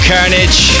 Carnage